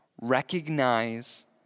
Recognize